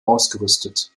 ausgerüstet